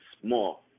small